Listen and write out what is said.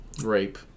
rape